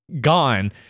gone